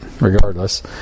regardless